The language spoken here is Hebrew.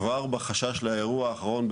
כבר בחשש לאירוע האחרון,